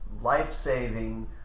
life-saving